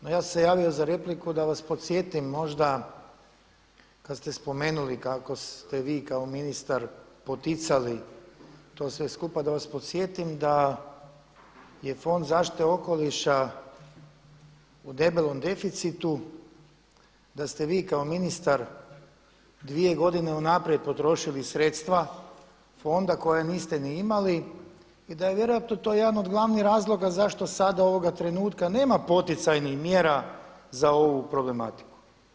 No ja sam se javio za repliku da vas podsjetim možda kad ste spomenuli kako ste vi kao ministar poticali to sve skupa, da vas podsjetim da je Fond zaštite okoliša u debelom deficitu, da ste vi kao ministar dvije godine unaprijed potrošili sredstva fonda koja niste ni imali, i da je vjerojatno jedan od glavnih razloga zašto sada ovoga trenutka nema poticajnih mjera za ovu problematiku.